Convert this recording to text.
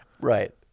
right